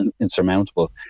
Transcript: insurmountable